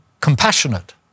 compassionate